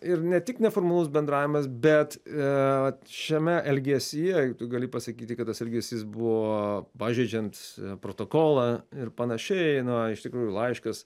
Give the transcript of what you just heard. ir ne tik neformalus bendravimas bet šiame elgesyje jeigu tu gali pasakyti kad tas elgesys buvo pažeidžiant protokolą ir panašiai na iš tikrųjų laiškas